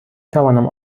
توانم